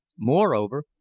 moreover,